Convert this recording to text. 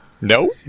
no